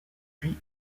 puis